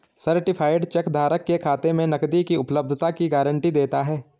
certified cheque धारक के खाते में नकदी की उपलब्धता की गारंटी देता है